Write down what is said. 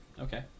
Okay